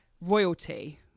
royalty